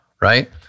right